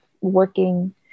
working